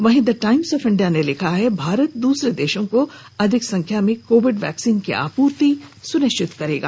वहीं The Times of India ने लिखा है भारत दूसरे देशों को अधिक संख्या में कोविड़ वैक्सीन की आपूर्ति सुनिश्चित करेगा